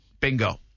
Bingo